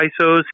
isos